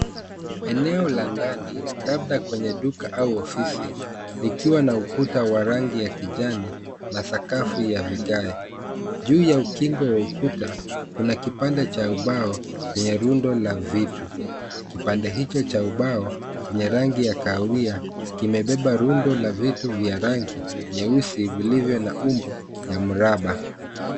Eneo la ndani labda kwenye duka au ofisi, likiwa na ukuta wa rangi ya kijani na sakafu ya vigae. Juu ya ukingo wa ukuta kuna kipande cha ubao chenye rundo la vitu. Kipande hicho cha ubao chenye rangi ya kahawia kimebeba rundo la vitu vya rangi nyeusi vilivyo na umbo ya mraba.